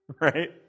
right